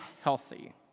healthy